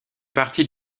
partie